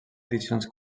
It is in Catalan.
edicions